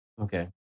Okay